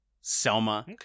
Selma